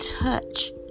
touch